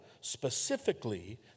specifically